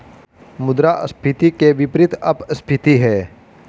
मुद्रास्फीति के विपरीत अपस्फीति है